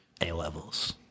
A-levels